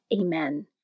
Amen